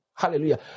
Hallelujah